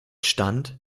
stand